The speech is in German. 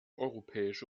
europäische